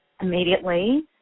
immediately